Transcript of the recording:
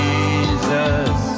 Jesus